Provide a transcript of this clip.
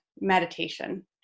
meditation